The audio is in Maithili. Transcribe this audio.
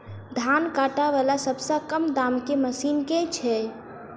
धान काटा वला सबसँ कम दाम केँ मशीन केँ छैय?